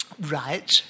Right